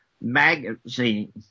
magazine